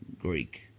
Greek